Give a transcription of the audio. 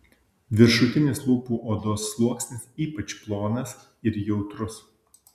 viršutinis lūpų odos sluoksnis ypač plonas ir jautrus